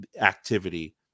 activity